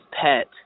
pet